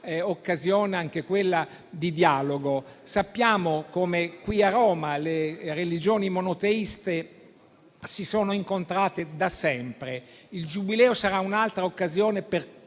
occasione - anche quella - di dialogo. Sappiamo come qui a Roma le religioni monoteiste si sono incontrate da sempre e il Giubileo sarà un'altra occasione per